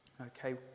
Okay